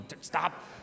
Stop